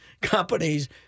companies